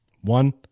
one